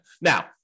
Now